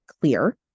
clear